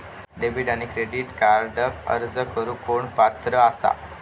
Debit आणि credit कार्डक अर्ज करुक कोण पात्र आसा?